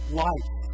life